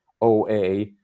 OA